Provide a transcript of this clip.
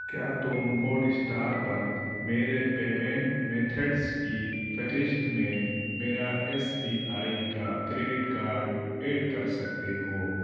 کیا تم Hotstar پرمیرے پیمینٹ میتھڈس کی فہرست میں میرا ایس بی آئی کا کریڈٹ کارڈ ایڈ کر سکتے ہو